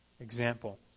example